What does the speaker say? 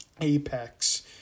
apex